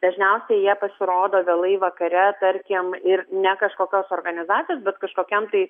dažniausiai jie pasirodo vėlai vakare tarkim ir ne kažkokios organizacijos bet kažkokiam tai